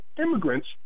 immigrants